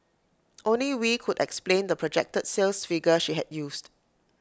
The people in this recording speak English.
only wee could explain the projected sales figure she had used